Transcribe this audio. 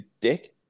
dick